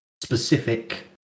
specific